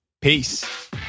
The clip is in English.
Peace